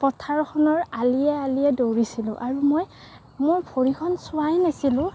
পথাৰখনৰ আলিয়ে আলিয়ে দৌৰিছিলোঁ আৰু মই মোৰ ভৰিখন চোৱাই নাছিলোঁ